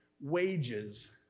wages